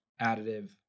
additive